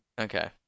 Okay